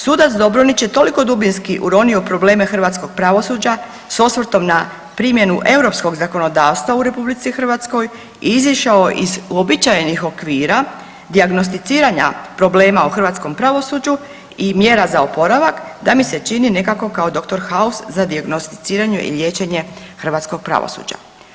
Sudac Dobronić je toliko dubinski uronio u probleme hrvatskog pravosuđa s osvrtom na primjenu europskog zakonodavstva u RH i izašao iz uobičajenih okvira dijagnosticiranja problema u hrvatskom pravosuđu i mjera za oporavak da mi se čini nekako kao dr. House za dijagnosticiranje i liječenje hrvatskog pravosuđa.